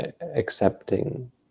accepting